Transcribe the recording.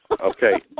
Okay